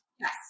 Yes